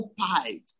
occupied